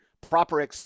proper